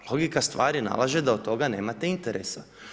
Logika stvari nalaže da od toga nemate interesa.